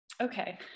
Okay